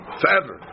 forever